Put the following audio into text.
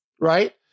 right